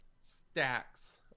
stacks